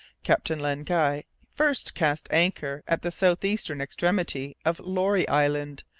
captain len guy first cast anchor at the south-eastern extremity of laurie island,